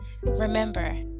Remember